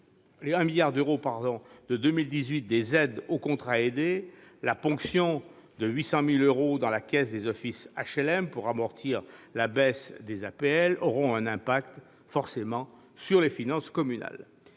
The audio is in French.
après 1 milliard d'euros en 2018, des aides aux contrats aidés et la ponction de 800 millions d'euros dans la caisse des offices d'HLM pour amortir la baisse des APL auront forcément un impact sur les finances communales.